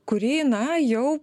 kuri na jau